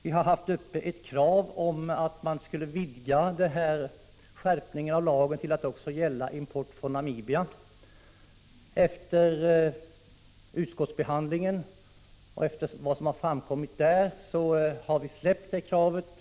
Vi har haft ett krav på att vi skulle vidga skärpningen av lagen till att också gälla import från Namibia. Efter vad som framkommit vid utskottsbehandlingen har vi släppt det kravet.